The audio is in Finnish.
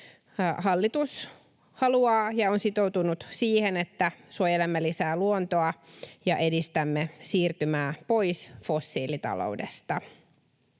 Hallitus haluaa ja on sitoutunut siihen, että suojelemme lisää luontoa ja edistämme siirtymää pois fossiilitaloudesta.